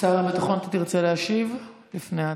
שר הביטחון, אתה תרצה להשיב לפני ההצבעה?